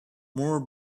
moore